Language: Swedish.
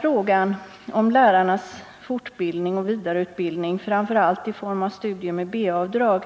Frågan om lärarnas fortbildning och vidareutbildning, framför allt i form av studier med B-avdrag,